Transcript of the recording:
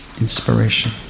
inspiration